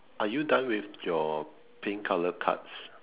are you done with your pink colour cards